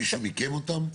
מישהו מיקם אותם?